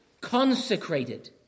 consecrated